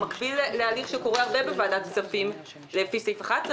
מקביל להליך שקורה הרבה בוועדת כספים לפי סעיף 11,